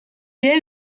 est